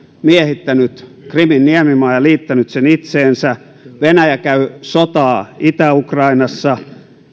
miehittänyt krimin niemimaan ja liittänyt sen itseensä venäjä käy sotaa itä ukrainassa